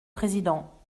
président